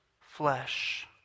flesh